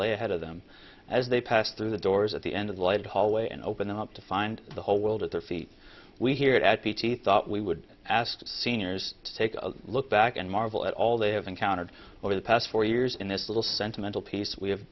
lay ahead of them as they pass through the doors at the end of the light hallway and open up to find the whole world at their feet we hear it at p t thought we would ask seniors to take a look back and marvel at all they have encountered over the past four years in this little sentimental piece we have